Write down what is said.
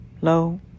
low